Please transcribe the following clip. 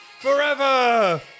forever